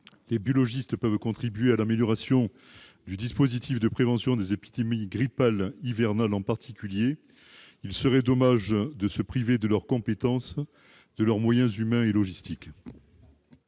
les biologistes peuvent contribuer à l'amélioration du dispositif de prévention des épidémies grippales hivernales. Il serait dommage de se priver de leurs compétences, de leurs moyens humains et logistiques.